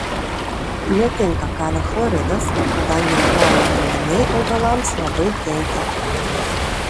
netinka kalio chloridas kadangi chloro junginiai augalams labai kenkia